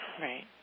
Right